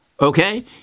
okay